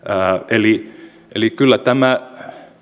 eli eli kyllä tämä